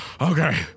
Okay